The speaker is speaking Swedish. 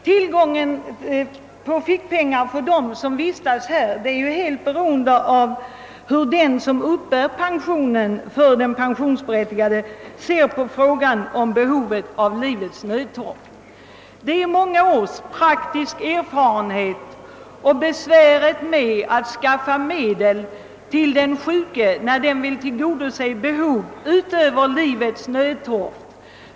Tillgången på fickpengar för dem som vistas där är helt beroende av hur den som uppbär pensionen för den pensionsberättigade ser på frågan om behov utöver livets nödtorft. Det är många års praktisk erfarenhet och besvär med att skaffa medel till den sjuke som föranlett mig att ta upp denna fråga.